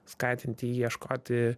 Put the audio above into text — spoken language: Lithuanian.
skatintijį ieškoti